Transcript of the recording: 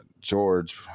George